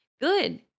Good